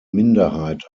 minderheit